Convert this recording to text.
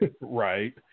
Right